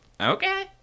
okay